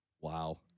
Wow